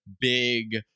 big